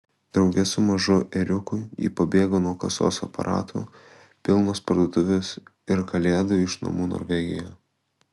drauge su mažu ėriuku ji pabėgo nuo kasos aparatų pilnos parduotuvės ir kalėdų iš namų norvegijoje